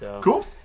cool